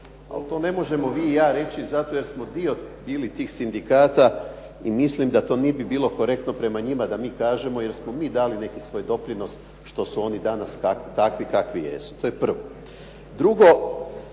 Ali to ne možemo vi i ja reći zato jer smo dio tih sindikata i mislim da to ne bi bilo korektno prema njima da mi kažemo, jer smo mi dali neki svoj doprinos što su oni danas takvi kakvi jesu. To je prvo.